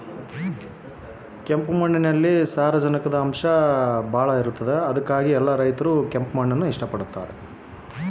ಎಲ್ಲಾ ರೈತರು ಕೆಂಪು ಮಣ್ಣನ್ನು ಏಕೆ ಇಷ್ಟಪಡುತ್ತಾರೆ ದಯವಿಟ್ಟು ನನಗೆ ಉದಾಹರಣೆಯನ್ನ ಕೊಡಿ?